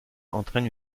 entraîne